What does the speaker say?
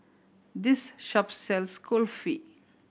this shop sells Kulfi